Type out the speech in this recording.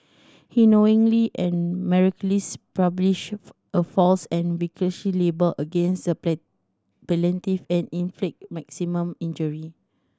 he knowingly and maliciously published a false and vicious libel against the supply plaintiff and inflict maximum injury